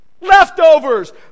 leftovers